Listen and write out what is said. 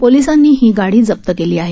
पोलिसांनी ही गाडी जप्त केली आहे